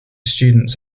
students